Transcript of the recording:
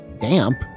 damp